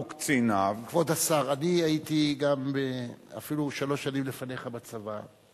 כבוד השר, אני הייתי אפילו שלוש שנים לפניך בצבא.